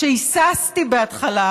שהיססתי בהתחלה